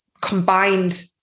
combined